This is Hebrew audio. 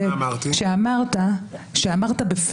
כתבת פה